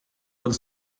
uns